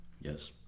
Yes